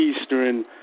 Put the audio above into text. Eastern